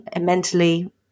mentally